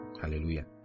Hallelujah